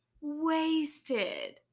wasted